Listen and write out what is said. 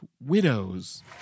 Widows